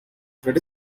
that